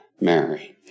Mary